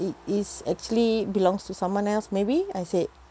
it is actually belongs to someone else maybe I said